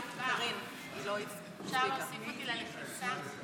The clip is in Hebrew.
אפשר להוסיף אותי ללחיצה?